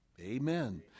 Amen